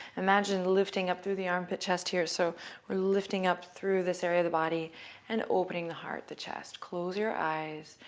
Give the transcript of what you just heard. imagine lifting up through the armpit, chest here. so we're lifting up through this area of the body and opening the heart, the chest. close your eyes.